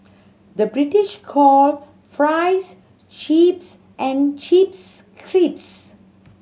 the British calls fries chips and chips crisps